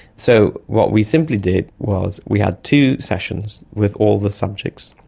so what we simply did was we had two sessions with all the subjects.